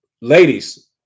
ladies